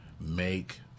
make